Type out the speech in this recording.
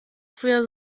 früher